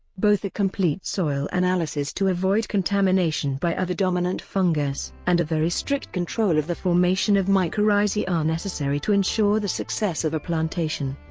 both a complete soil analysis to avoid contamination by other dominant fungus and a very strict control of the formation of mycorrhizae are necessary to ensure the success of a plantation.